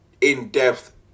in-depth